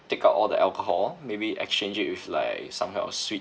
take out all the alcohol maybe exchange it with like some kind of sweet